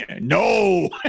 No